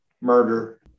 murder